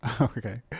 Okay